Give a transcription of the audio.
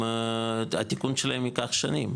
התיקון שלהם ייקח שנים,